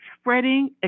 spreading